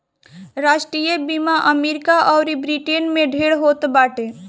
राष्ट्रीय बीमा अमरीका अउर ब्रिटेन में ढेर होत बाटे